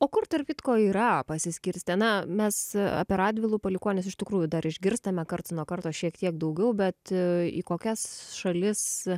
o kur tarp kitko yra pasiskirstę na mes apie radvilų palikuonis iš tikrųjų dar išgirstame karts nuo karto šiek tiek daugiau bet į kokias šalis